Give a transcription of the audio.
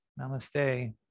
Namaste